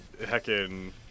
heckin